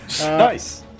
Nice